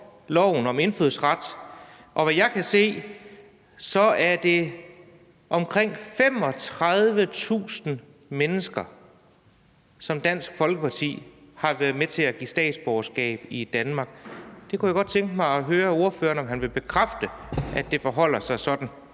og i forhold til hvad jeg kan se, er det omkring 35.000 mennesker, som Dansk Folkeparti har været med til at give statsborgerskab i Danmark. Det kunne jeg godt tænke mig at høre om ordføreren vil bekræfte, altså at det forholder sig sådan.